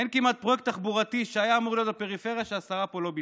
אין כמעט פרויקט תחבורתי שהיה אמור להיות בפריפריה שהשרה פה לא ביטלה.